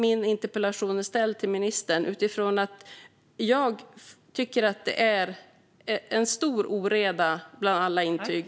Min interpellation är ställd till ministern utifrån att jag tycker att det är en stor oreda bland alla intyg.